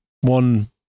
one